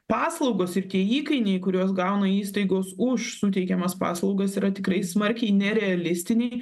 paslaugos ir tie įkainiai kuriuos gauna įstaigos už suteikiamas paslaugas yra tikrai smarkiai nerealistiniai